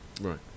right